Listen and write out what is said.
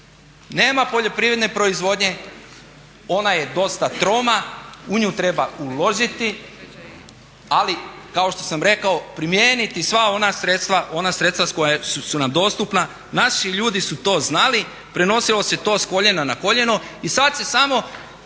Nema poljoprivredne proizvodnje, ona je dosta troma u nju treba uložiti, ali kao što sam rekao primijeniti sva ona sredstva koja su nam dostupna. Naši ljudi su to znali, prenosilo se to s koljena na koljeno i sada se samo